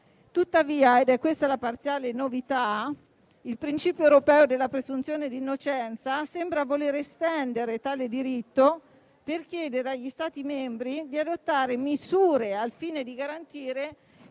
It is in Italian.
Tuttavia - ed è questa la parziale novità - il principio europeo della presunzione d'innocenza sembra voler estendere tale diritto per chiedere agli Stati membri di adottare misure al fine di garantire